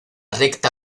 recta